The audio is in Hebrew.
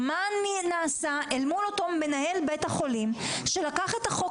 או מה נעשה אל מול אותו מנהל בית החולים שלקח את החוק